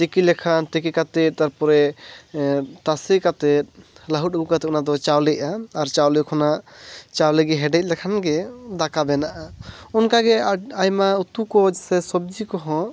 ᱛᱤᱠᱤ ᱞᱮᱠᱷᱟᱱ ᱛᱤᱠᱤ ᱠᱟᱛᱮᱫ ᱛᱟᱨᱯᱚᱨᱮ ᱛᱟᱥᱮ ᱠᱟᱛᱮᱫ ᱞᱟᱹᱦᱩᱫ ᱟᱹᱜᱩ ᱠᱟᱛᱮᱫ ᱚᱱᱟ ᱫᱚ ᱪᱟᱣᱞᱮᱜᱼᱟ ᱟᱨ ᱪᱟᱣᱞᱮ ᱠᱷᱚᱱᱟᱜ ᱪᱟᱣᱞᱮ ᱜᱮ ᱦᱮᱰᱮᱡ ᱞᱮᱠᱷᱟᱱ ᱜᱮ ᱫᱟᱠᱟ ᱵᱮᱱᱟᱜᱼᱟ ᱚᱱᱠᱟᱜᱮ ᱟᱭᱢᱟ ᱩᱛᱩ ᱠᱚ ᱥᱮ ᱥᱚᱵᱡᱤ ᱠᱚᱦᱚᱸ